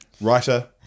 writer